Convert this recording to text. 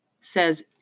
says